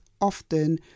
often